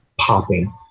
popping